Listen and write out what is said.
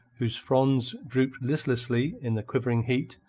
whose fronds drooped listlessly in the quivering heat,